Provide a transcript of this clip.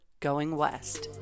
GOINGWEST